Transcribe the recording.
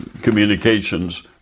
communications